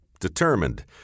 determined